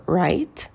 right